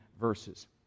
verses